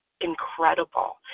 incredible